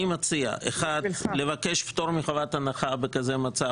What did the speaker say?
אני מציע, אחד, לבקש פטור מחובת הנחה בכזה מצב.